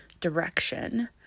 direction